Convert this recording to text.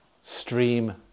stream